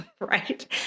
right